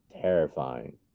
terrifying